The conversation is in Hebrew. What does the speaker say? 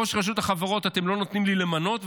את ראש רשות החברות אתם לא נותנים לי למנות,